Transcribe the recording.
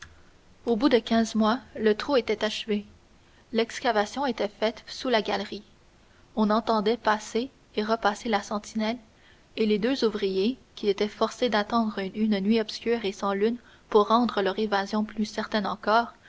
au bout de quinze mois le trou était achevé l'excavation était faite sous la galerie on entendait passer et repasser la sentinelle et les deux ouvriers qui étaient forcés d'attendre une nuit obscure et sans lune pour rendre leur évasion plus certaine encore